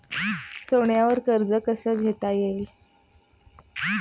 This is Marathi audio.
सोन्यावर कर्ज कसे घेता येईल?